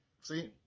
See